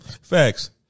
Facts